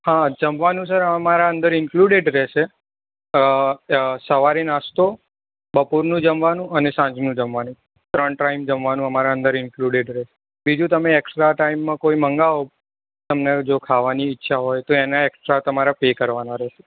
હા જમવાનું સર અમારા અંદર ઇન્ક્લુડેડ રહેશે અ સવારે નાસ્તો બપોરનું જમવાનું અને સાંજનું જમવાનું ત્રણ ટાઈમ જમવાનું અમારા અંદર ઇન્ક્લુડેડ રહેશે બીજું તમે એક્ષ્ટ્રા ટાઈમમાં કોઈ મંગાવો તમને જો ખાવાની ઈચ્છા હોય તો તેના એક્ષ્ટ્રા તમારે પે કરવાના રહેશે